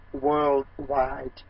worldwide